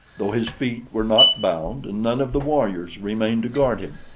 though his feet were not bound and none of the warriors remained to guard him.